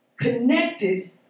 Connected